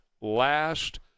last